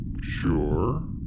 Sure